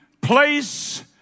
place